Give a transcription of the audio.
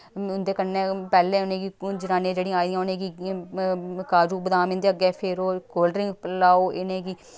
उं'दे कन्नै पैह्लें उ'नेंगी जनानियां जेह्ड़ियां आई दियां उ'नेंगी काजू बदाम इं'दे अग्गें फेरो कोल्ड ड्रिंक प्लाओ इ'नेंगी